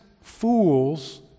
fools